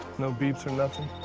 no beeps or nothing?